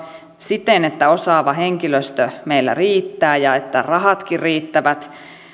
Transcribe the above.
siten että osaavaa henkilöstöä meillä riittää ja että rahatkin riittävät